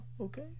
Okay